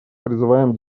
призываем